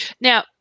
Now